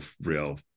real